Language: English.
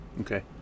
Okay